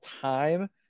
time